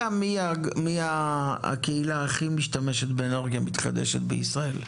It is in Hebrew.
מי הקהילה הכי משתמשת באנרגיה מתחדשת במדינת ישראל?